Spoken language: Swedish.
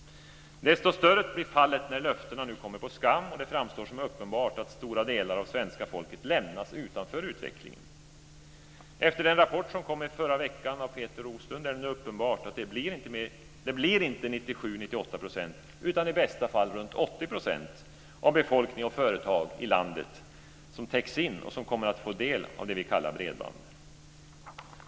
Desto större blir fallet när löftena nu kommer på skam och det framstår som uppenbart att stora delar av svenska folket lämnas utanför utvecklingen. Efter den rapport från Peter Roslund som kom i förra veckan är det nu uppenbart att det inte blir 97-98 % utan i bästa fall runt 80 % av befolkning och företag i landet som täcks in och kommer att få del av det vi kallar bredband.